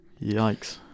Yikes